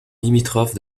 limitrophe